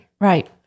right